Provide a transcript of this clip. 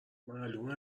معلومه